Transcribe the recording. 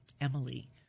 Emily